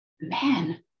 Man